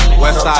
west